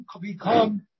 become